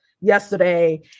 yesterday